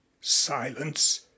silence